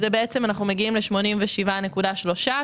מגיעים ל-87.3%,